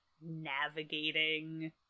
navigating